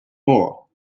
more